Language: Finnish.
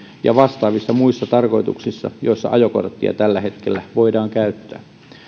ja vastaavissa muissa tarkoituksissa joissa ajokorttia tällä hetkellä voidaan käyttää